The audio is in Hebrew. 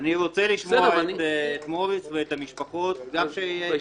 אני רוצה לשמוע את מוריס ואת המשפחות עכשיו.